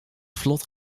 vlot